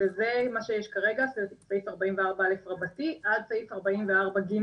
וזה מה שיש כרגע בסעיף 44(א) עד סעיף 44(ג).